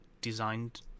designed